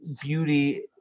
beauty